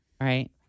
Right